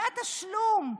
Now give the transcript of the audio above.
זה התשלום.